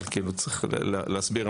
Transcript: אבל צריך להסביר.